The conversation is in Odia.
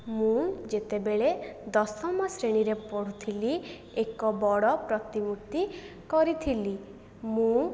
ମୁଁ ଯେତେବେଳେ ଦଶମ ଶ୍ରେଣୀରେ ପଢ଼ୁଥିଲି ଏକ ବଡ଼ ପ୍ରତିମୂର୍ତ୍ତି କରିଥିଲି ମୁଁ